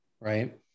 right